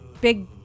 big